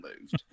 moved